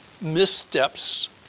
missteps